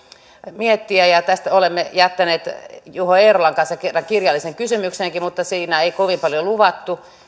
miettiä ja tästä olemme jättäneet juho eerolan kanssa kirjallisen kysymyksenkin mutta siinä ei kovin paljon luvattu